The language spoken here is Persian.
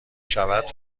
شود